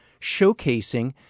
showcasing